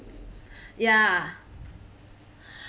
ya